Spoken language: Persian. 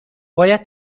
باید